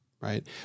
Right